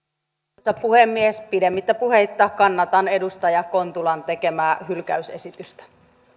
arvoisa puhemies pidemmittä puheitta kannatan edustaja kontulan tekemää hylkäysesitystä